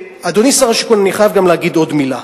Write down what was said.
ואדוני שר השיכון, אני חייב גם להגיד עוד מלה: